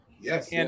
Yes